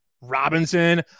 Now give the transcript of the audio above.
Robinson